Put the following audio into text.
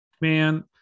Man